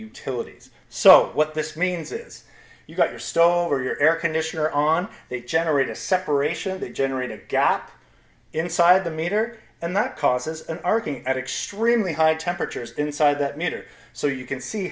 utilities so what this means is you've got your stove or your air conditioner on they generate a separation that generated gap inside the meter and that causes an extremely high temperatures inside that meter so you can see